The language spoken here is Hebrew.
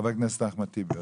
חבר הכנסת אחמד טיבי.